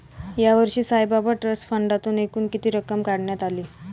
यावर्षी साईबाबा ट्रस्ट फंडातून एकूण किती रक्कम काढण्यात आली?